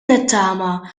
nittama